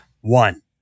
one